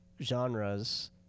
genres